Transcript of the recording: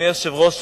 אדוני היושב-ראש,